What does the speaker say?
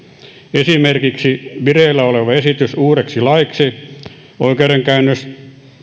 esimerkiksi vireillä oleva esitys uudeksi laiksi oikeudenkäytöstä